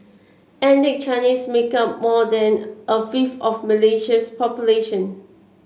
ethnic Chinese make up more than a fifth of Malaysia's population